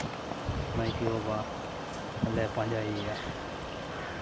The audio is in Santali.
ᱱᱟᱭᱠᱮ ᱵᱟᱵᱟᱞᱮ ᱯᱟᱸᱡᱟᱭᱮᱭᱟ